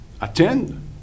attend